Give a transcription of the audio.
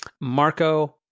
marco